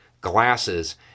glasses